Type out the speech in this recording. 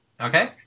Okay